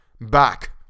Back